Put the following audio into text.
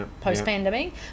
post-pandemic